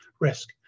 risk